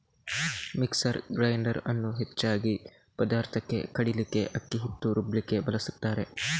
mixer grinder ಅನ್ನು ಹೆಚ್ಚಾಗಿ ಪದಾರ್ಥಕ್ಕೆ ಕಡೀಲಿಕ್ಕೆ, ಅಕ್ಕಿ ಹಿಟ್ಟು ರುಬ್ಲಿಕ್ಕೆ ಬಳಸ್ತಾರೆ